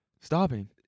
Stopping